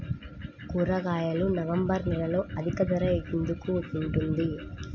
కూరగాయలు నవంబర్ నెలలో అధిక ధర ఎందుకు ఉంటుంది?